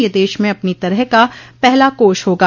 यह देश में अपनी तरह का पहला कोष होगा